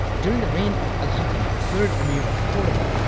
during the reign of al-hakam, the third emir of cordoba,